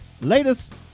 Latest